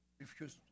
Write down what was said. refuse